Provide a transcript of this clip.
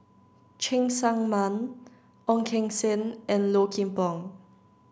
Cheng Tsang Man Ong Keng Sen and Low Kim Pong